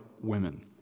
women